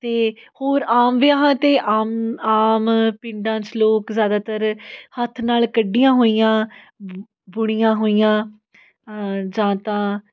ਅਤੇ ਹੋਰ ਆਮ ਵਿਆਹਾਂ 'ਤੇ ਆਮ ਆਮ ਪਿੰਡਾਂ 'ਚ ਲੋਕ ਜ਼ਿਆਦਾਤਰ ਹੱਥ ਨਾਲ ਕੱਢੀਆਂ ਹੋਈਆਂ ਬੁਣੀਆਂ ਹੋਈਆਂ ਜਾਂ ਤਾਂ